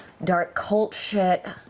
dark cult shit.